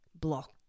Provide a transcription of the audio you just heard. block